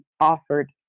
offered